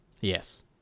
Yes